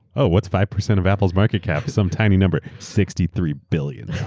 oh, what's five percent of apple's market cap? some tiny number. sixty three billion